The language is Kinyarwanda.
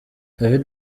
david